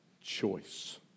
choice